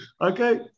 Okay